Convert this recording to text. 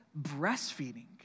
breastfeeding